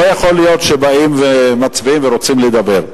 לא יכול להיות שבאים ומצביעים ורוצים לדבר.